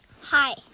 Hi